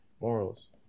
Morals